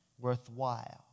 worthwhile